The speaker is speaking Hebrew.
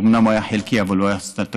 אומנם הוא היה חלקי אבל הוא היה תקציב,